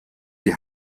die